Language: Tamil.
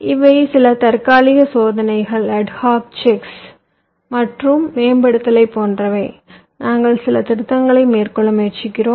இவை சில தற்காலிக சோதனைகள் மற்றும் மேம்படுத்தல்களைப் போன்றவை நாங்கள் சில திருத்தங்கள் மேற்கொள்ள முயற்சிக்கிறோம்